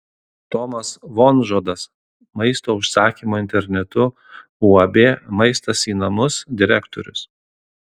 tomas vonžodas maisto užsakymo internetu uab maistas į namus direktorius